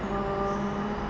orh